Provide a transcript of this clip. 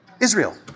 Israel